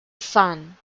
son